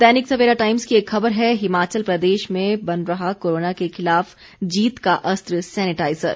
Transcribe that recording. दैनिक Savera times की एक खबर है हिमाचल प्रदेश में बन रहा कोरोना के खिलाफ जीत का अस्त्र सैनेटाइजर